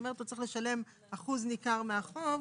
כלומר צריך לשלם אחוז ניכר מהחוב.